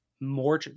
more